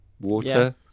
water